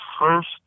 first